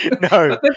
no